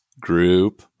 group